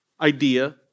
idea